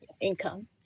income